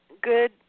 Good